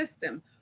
system